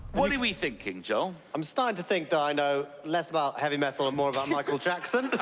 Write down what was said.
what are we thinking, joel? i'm starting to think that i know less about heavy metal and more about michael jackson.